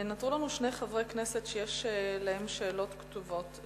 נותרו לנו שני חברי כנסת שיש להם שאלות כתובות,